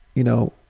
you know,